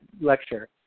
lecture